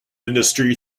industry